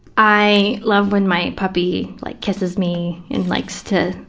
i love when my puppy like kisses me and likes to,